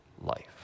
life